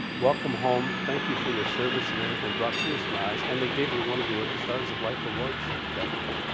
welcome home, thank you for your service and it and brought tears to my eyes and they gave me one of the stars of life awards that year.